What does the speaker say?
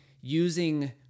using